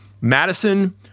Madison